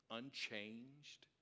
unchanged